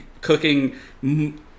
cooking